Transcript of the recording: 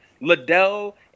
Liddell